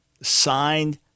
signed